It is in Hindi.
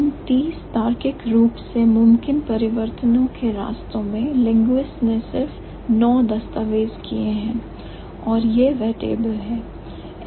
इन 30 तार्किक रूप से मुमकिन परिवर्तनों के रास्तों में लिंग्विस्ट्स ने सिर्फ 9 डॉक्यूमेंट किए हैं और वह है वह टेबल है